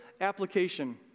application